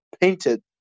painted